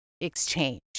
exchange